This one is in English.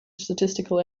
statistical